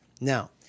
now